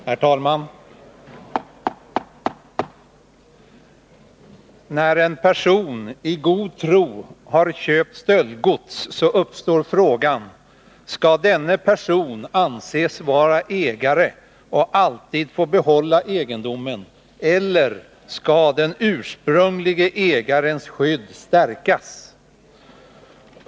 Herr talman! När en person i god tro har köpt stöldgods uppstår frågan: Skall denna person anses vara ägare och för alltid få behålla egendomen eller skall den ursprunglige ägarens skydd stärkas?